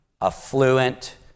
affluent